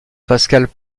pascal